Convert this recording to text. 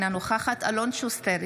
אינה נוכחת אלון שוסטר,